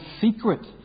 secret